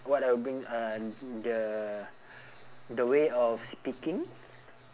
what I'll bring uh the the way of speaking